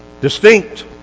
distinct